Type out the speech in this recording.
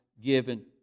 given